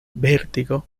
vértigo